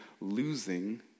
losing